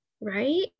right